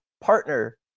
partner